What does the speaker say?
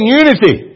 unity